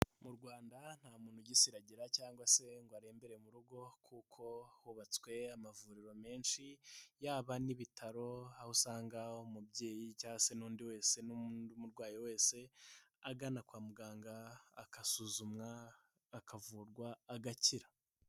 Mu Rwanda nta muntu ugisiragira cyangwa se ngo arembere mu rugo kuko hubatswe amavuriro menshi, yaba n'ibitaro aho usanga umubyeyi cyangwa se n'undi wese n'undi murwayi wese agana kwa muganga, agasuzumwa, akavurwa, agakira.